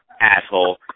asshole